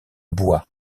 bois